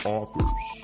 authors